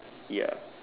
ya